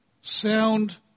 sound